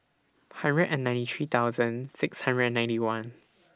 hundred and ninety three thousand six hundred and ninety one